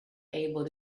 able